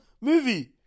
movie